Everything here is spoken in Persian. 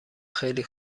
خیلی